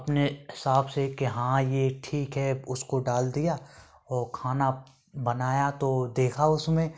अपने हिसाब से की हाँ यह ठीक है उसको डाल दिया और खाना बनाया तो देखा उसमें